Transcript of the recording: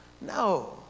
No